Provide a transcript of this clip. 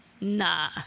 nah